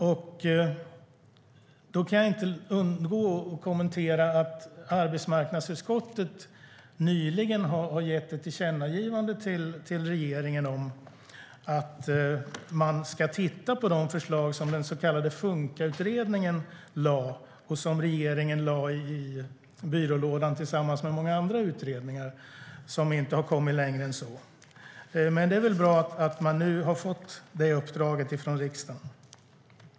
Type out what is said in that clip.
Därför kan jag inte låta bli att nämna att arbetsmarknadsutskottet nyligen har gett ett tillkännagivande till regeringen att regeringen ska titta på de förslag som den så kallade Funkautredningen lade fram och som regeringen stoppade i byrålådan, tillsammans med många andra utredningar som inte kommit längre än så. Det är bra att regeringen nu har fått det uppdraget från riksdagen.